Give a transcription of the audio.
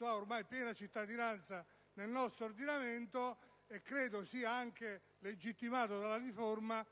ormai ha piena cittadinanza nel nostro ordinamento e credo sia anche legittimato dalla riforma.